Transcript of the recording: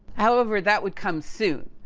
however, that would come soon.